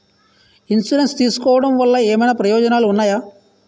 Insurance తీసుకోవటం వల్ల ఏమైనా ప్రయోజనాలు ఉన్నాయా?